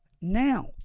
now